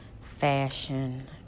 fashion